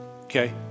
Okay